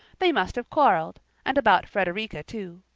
they must have quarrelled, and about frederica, too.